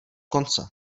konce